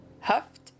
huffed